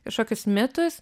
kažkokius mitus